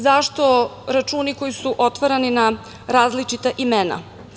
Zašto računi koji su otvarani na različita imena?